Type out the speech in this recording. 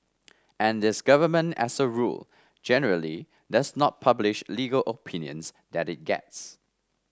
and this government as a rule generally does not publish legal opinions that it gets